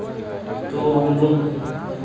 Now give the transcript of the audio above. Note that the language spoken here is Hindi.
तो हम लोग